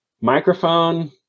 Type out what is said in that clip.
Microphone